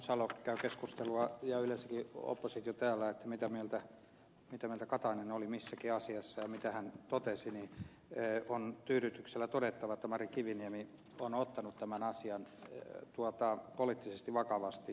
salo käy keskustelua yleensäkin opposition kanssa siitä mitä mieltä katainen oli missäkin asiassa ja mitä hän totesi niin on tyydytyksellä todettava että mari kiviniemi on ottanut tämän asian poliittisesti vakavasti